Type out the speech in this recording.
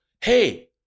Hey